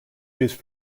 used